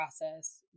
process